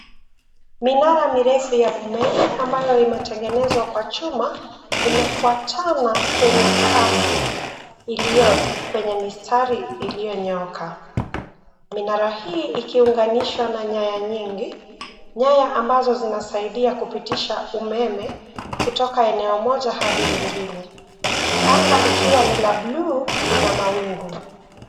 Minara mirefu ya umeme ambayo imetengenezwa kwa chuma imefuatana kwenye safu ilio kwenye mistari ilio nyoka. Minara hii ikiunganishwa na nyaya nyingi, nyaya ambazo zinasaidia kupitisha umeme kutoka eneo moja hadi lingine. Anga likiwa ni la blue lina mawingu.